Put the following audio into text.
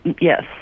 Yes